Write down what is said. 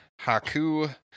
Haku